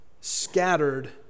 scattered